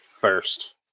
first